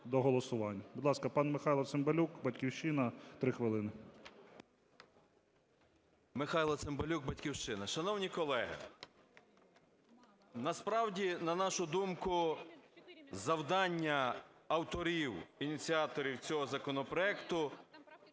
до голосування. Будь ласка, пан Михайло Цимбалюк, "Батьківщина", 3 хвилини. 14:44:17 ЦИМБАЛЮК М.М. Михайло Цимбалюк, "Батьківщина". Шановні колеги, насправді, на нашу думку, завдання авторів, ініціаторів цього законопроекту,